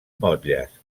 motlles